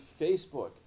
Facebook